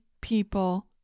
people